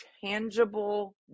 tangible